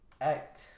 act